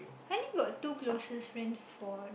I only got two closest friend for